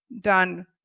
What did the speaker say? done